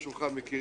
מכירים אותי